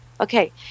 okay